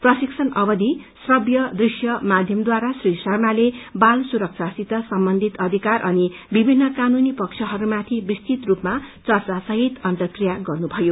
प्रशिक्षण अवधि श्रव्य दृश्य माध्यमद्वारा श्री शर्माले बाल सुरक्षासित सम्बन्धित अधिकार अनि विभिन्न कानूनी पक्षहरूमाथि विस्तृत रूपमा चर्चा सहित अन्तर्रिया गर्नुभयो